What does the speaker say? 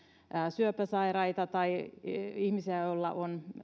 syöpäsairaita tai ihmisiä joilla on